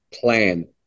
plan